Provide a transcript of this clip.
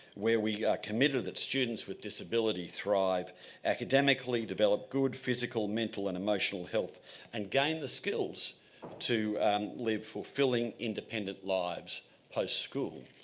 where we are committed that students with disability thrive academically, develop good, physical, mental and emotional health and gain the skills to lead fulfilling independent lives post-school.